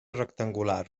rectangular